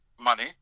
money